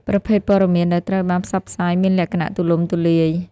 ប្រភេទព័ត៌មានដែលត្រូវបានផ្សព្វផ្សាយមានលក្ខណៈទូលំទូលាយ។